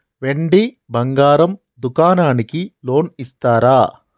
వెండి బంగారం దుకాణానికి లోన్ ఇస్తారా?